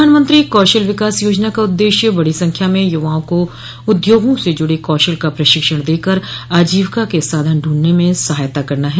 प्रधानमंत्री कौशल विकास योजना का उद्देश्य बड़ी संख्या में यूवाओं को उद्योगों से जुड़े कौशल का प्रशिक्षण देकर आजीविका के साधन ढूंढने में सहायता करना है